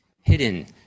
hidden